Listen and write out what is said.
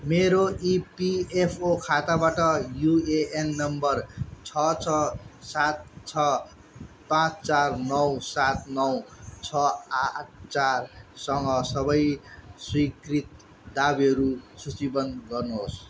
मेरो इपिएफओ खाताबाट UAN number छ छ सात छ पाँच चार नौ सात नौ छ आठ चारसँग सबै स्वीकृत दावीहरू सूचीबद्ध गर्नुहोस्